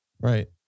Right